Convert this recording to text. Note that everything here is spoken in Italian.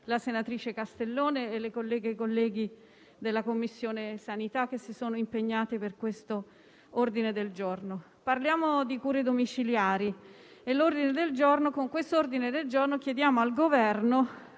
la senatrice Castellone e le colleghe e i colleghi della Commissione sanità che si sono impegnati per questo ordine del giorno. Parliamo di cure domiciliari e con l'ordine del giorno chiediamo al Governo